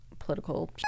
political